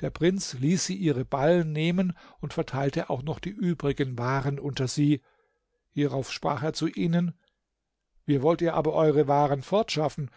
der prinz ließ sie ihre ballen nehmen und verteilte auch noch die übrigen waren unter sie hierauf sprach er zu ihnen wie wollt ihr aber eure waren fortschaffen